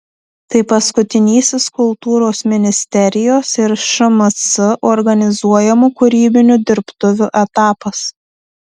tai paskutinysis kultūros ministerijos ir šmc organizuojamų kūrybinių dirbtuvių etapas